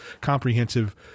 comprehensive